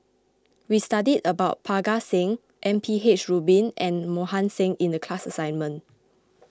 we studied about Parga Singh M P H Rubin and Mohan Singh in the class assignment